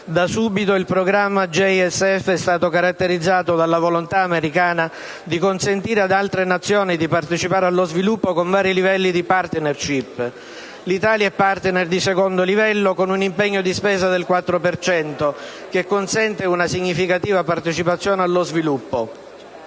strike fighter) è stato caratterizzato dalla volontà americana di consentire ad altre nazioni di partecipare allo sviluppo con vari livelli di *partnership*. L'Italia è *partner* di secondo livello, con un impegno di spesa del 4 per cento, che consente una significativa partecipazione allo sviluppo.